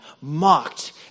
mocked